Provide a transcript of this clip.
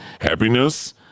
happiness